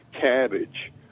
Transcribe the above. cabbage